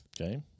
Okay